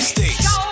State's